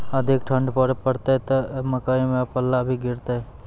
अधिक ठंड पर पड़तैत मकई मां पल्ला भी गिरते?